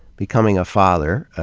becoming a father